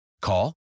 Call